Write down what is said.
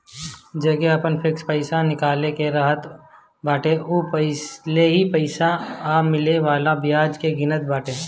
जेके आपन फिक्स पईसा निकाले के रहत बाटे उ पहिले पईसा पअ मिले वाला बियाज के गिनत बाटे